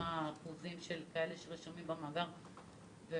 מה האחוזים של אלה שרשומים במאגר והועסקו.